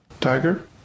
Tiger